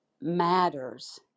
matters